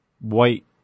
white